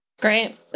Great